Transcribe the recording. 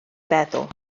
feddwl